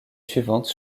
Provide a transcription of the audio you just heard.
suivante